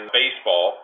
baseball